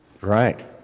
Right